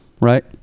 right